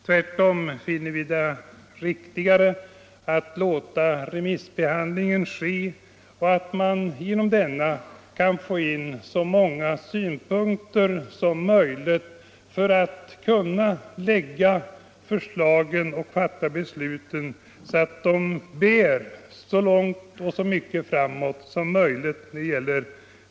Tvärtom finner vi det riktigare att låta remissbehandlingen ske, så att man genom denna kan få in så många synpunkter som möjligt.